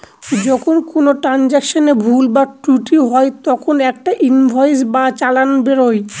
যখন কোনো ট্রান্সাকশনে ভুল বা ত্রুটি হয় তখন একটা ইনভয়েস বা চালান বেরোয়